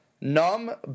numb